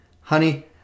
Honey